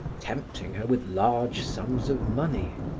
tempting her with large sums of money.